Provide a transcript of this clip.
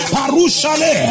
Parushale